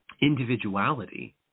individuality